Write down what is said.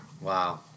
Wow